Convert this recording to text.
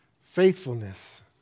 faithfulness